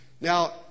Now